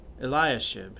Eliashib